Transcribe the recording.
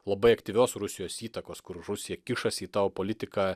labai aktyvios rusijos įtakos kur rusija kišasi į tavo politiką